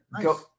go